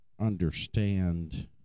understand